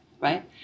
right